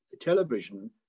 television